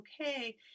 okay